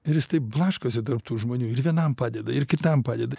ir jis taip blaškosi tarp tų žmonių ir vienam padeda ir kitam padeda